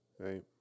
Right